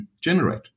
generate